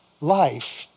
life